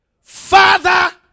father